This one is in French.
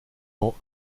ans